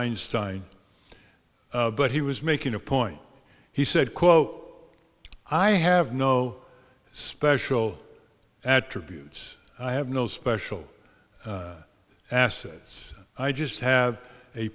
einstein but he was making a point he said quote i have no special attributes i have no special assets i just have a